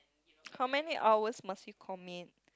how many hours must you commit